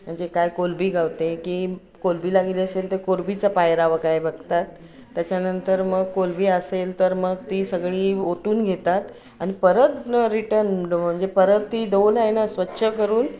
म्हणजे काय कोळंबी गावते की कोळंबी लागली असेल तर कोळंबीचा पायरावं काय बघतात त्याच्यानंतर मग कोळंबी असेल तर मग ती सगळी ओतून घेतात आणि परत रिटन म्हणजे परत ती डोल आहे ना स्वच्छ करून